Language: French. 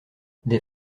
des